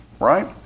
right